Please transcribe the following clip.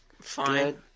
Fine